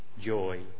joy